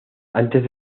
antes